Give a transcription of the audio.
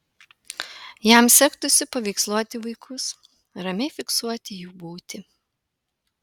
jam sektųsi paveiksluoti vaikus ramiai fiksuoti jų būtį